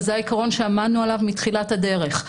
וזה העיקרון שעמדנו עליו מתחילת הדרך.